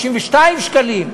62 שקלים.